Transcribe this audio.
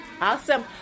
Awesome